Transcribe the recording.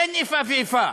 אין איפה ואיפה.